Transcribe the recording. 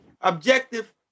objective